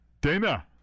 Dana